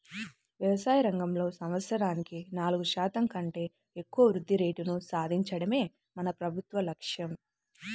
వ్యవసాయ రంగంలో సంవత్సరానికి నాలుగు శాతం కంటే ఎక్కువ వృద్ధి రేటును సాధించడమే మన ప్రభుత్వ లక్ష్యం